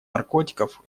наркотиков